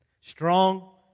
Strong